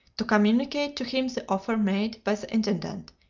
to communicate to him the offer made by the intendant,